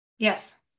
Yes